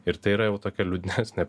ir tai yra jau tokia liūdnesnė